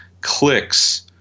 clicks